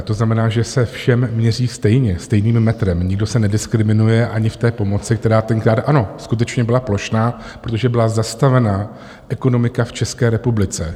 To znamená, že se všem měří stejně stejným metrem, nikdo se nediskriminuje ani v té pomoci, která tenkrát, ano, skutečně byla plošná, protože byla zastavená ekonomika v České republice.